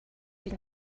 been